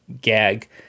gag